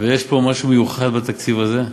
ויש פה משהו מיוחד בתקציב הזה,